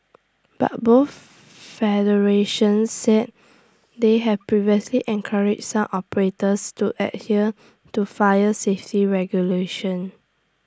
but both federations said they had previously encouraged some operators to adhere to fire safety regulations